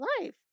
life